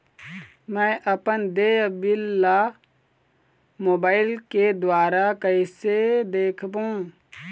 मैं अपन देय बिल ला मोबाइल के द्वारा कइसे देखबों?